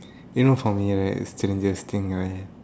you know for me right the strangest thing right